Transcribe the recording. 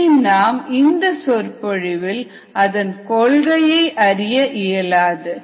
இதை நாம் இந்த சொற்பொழிவில் அதன் கொள்கையை அறிய இயலாது